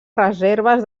reserves